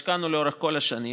השקענו לאורך כל השנים,